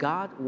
God